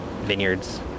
vineyards